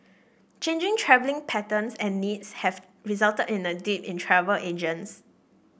changing travelling patterns and needs have resulted in a dip in travel agents